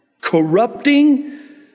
corrupting